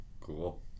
Cool